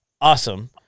awesome